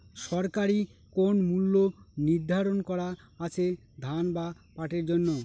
সরকারি কোন মূল্য নিধারন করা আছে ধান বা পাটের জন্য?